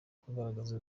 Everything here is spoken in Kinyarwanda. kugaragaza